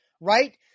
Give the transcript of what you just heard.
right